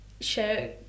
share